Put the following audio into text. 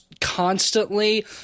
constantly